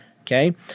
Okay